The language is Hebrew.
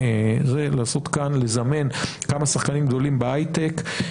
לזמן כמה שחקנים גדולים בהייטק.